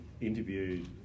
interviewed